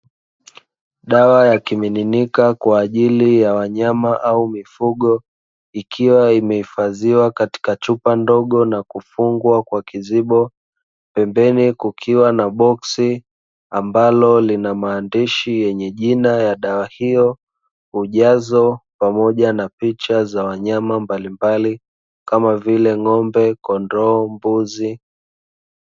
Dawa ya kimiminika kwa ajili ya wanyama au mifugo ikiwa imehifadhiwa katika chupa ndogo na kufungwa kwa kizibo. Pembeni kukiwa na boksi ambalo lina maandishi yenye jina ya dawa hiyo, ujazo; pamoja na picha za wanyama mbalimbali kama vile: ng'ombe, kondoo, mbuzi.